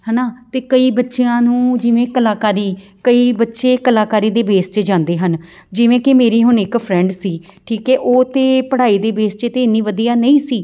ਹੈ ਨਾ ਅਤੇ ਕਈ ਬੱਚਿਆਂ ਨੂੰ ਜਿਵੇਂ ਕਲਾਕਾਰੀ ਕਈ ਬੱਚੇ ਕਲਾਕਾਰੀ ਦੇ ਬੇਸ 'ਚ ਜਾਂਦੇ ਹਨ ਜਿਵੇਂ ਕਿ ਮੇਰੀ ਹੁਣ ਇੱਕ ਫਰੈਂਡ ਸੀ ਠੀਕ ਹੈ ਉਹ ਤਾਂ ਪੜ੍ਹਾਈ ਦੇ ਬੇਸ 'ਚ ਤਾਂ ਇੰਨੀ ਵਧੀਆ ਨਹੀਂ ਸੀ